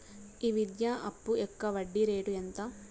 ఈ విద్యా అప్పు యొక్క వడ్డీ రేటు ఎంత?